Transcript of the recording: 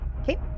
Okay